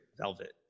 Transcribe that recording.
Velvet